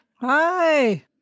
Hi